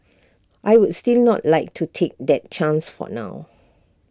I would still not like to take that chance for now